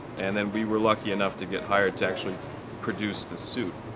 and then we were lucky enough to get hired to actually produce the suit.